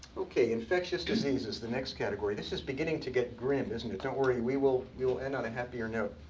ok. infectious disease is the next category. this is beginning to get grim, isn't it? don't worry, we will will end on a happier note.